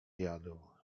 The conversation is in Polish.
jadł